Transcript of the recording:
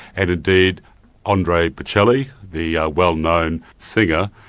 and indeed andre bocelli, the well-known singer,